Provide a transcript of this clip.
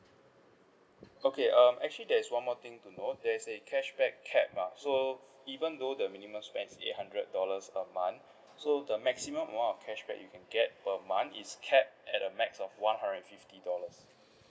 okay um actually there is one more thing to note there's a cashback cap ah so even though the minimum spend is eight hundred dollars a month so the maximum amount of cashback you can get per month is capped at a max of one hundred and fifty dollars